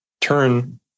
turn